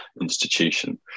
institution